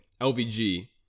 LVG